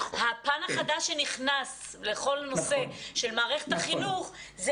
הפן החדש שנכנס לכל נושא של מערכת החינוך,